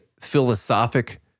philosophic